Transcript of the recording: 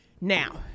Now